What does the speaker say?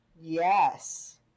Yes